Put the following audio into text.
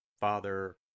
Father